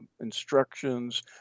instructions